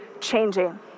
changing